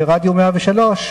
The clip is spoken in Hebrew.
ברדיו 103,